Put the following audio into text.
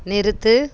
நிறுத்து